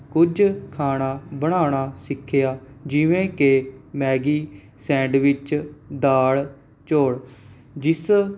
ਕੁਝ ਖਾਣਾ ਬਣਾਉਣਾ ਸਿੱਖਿਆ ਜਿਵੇਂ ਕਿ ਮੈਗੀ ਸੈਂਡਵਿੱਚ ਦਾਲ ਚੋਲ਼ ਜਿਸ